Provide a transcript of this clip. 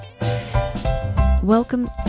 Welcome